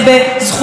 תומך,